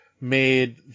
made